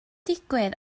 digwydd